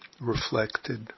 reflected